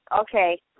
Okay